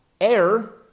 Air